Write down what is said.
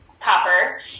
copper